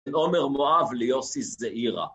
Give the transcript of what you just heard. ‫אומר מואב ליוסי זעירא.